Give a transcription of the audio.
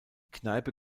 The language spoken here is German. kneipe